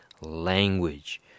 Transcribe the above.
language